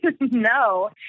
No